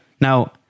Now